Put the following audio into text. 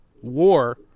war